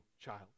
child